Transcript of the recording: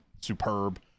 superb